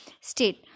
state